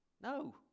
No